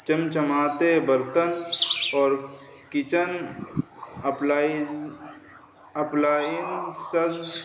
چمچماتے برتن اور کچن اپلائز اپلائنسز